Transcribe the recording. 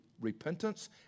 repentance